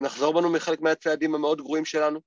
נחזור בנו מחלק מהצעדים המאוד גרועים שלנו